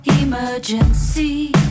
emergency